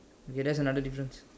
okay that's another difference